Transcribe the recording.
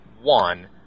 one